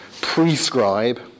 prescribe